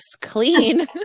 clean